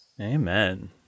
Amen